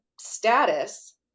status